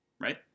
Right